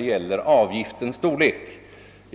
gäller avgiftens storlek.